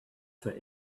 for